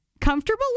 comfortable